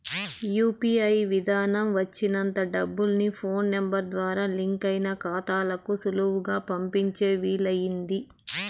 UPI విదానం వచ్చినంత డబ్బుల్ని ఫోన్ నెంబరు ద్వారా లింకయిన కాతాలకు సులువుగా పంపించే వీలయింది